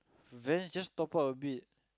Vans just top up a bit